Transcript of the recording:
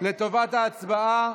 לטובת ההצבעה.